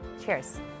Cheers